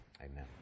amen